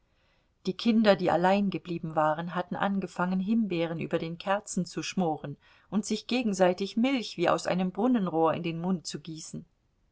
die kinder die allein geblieben waren hatten angefangen himbeeren über den kerzen zu schmoren und sich gegenseitig milch wie aus einem brunnenrohr in den mund zu gießen